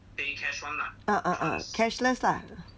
orh orh orh cashless lah